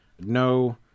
no